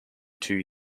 two